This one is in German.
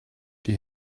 die